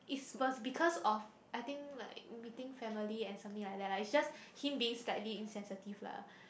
it was because of I think like meeting family and something like that lah it's just him being slightly sensitive lah